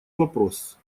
вопрос